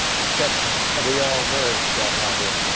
but we all nourish that idea.